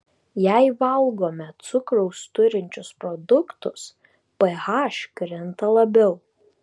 jei valgome cukraus turinčius produktus ph krinta labiau